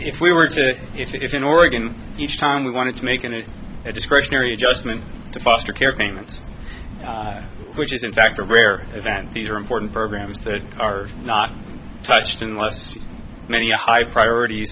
if we were to it's in oregon each time we wanted to make it a discretionary adjustment to foster care payments which is in fact a rare event these are important programs that are not touched unless many high priorit